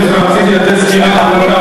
חבר הכנסת הרצוג הגיע.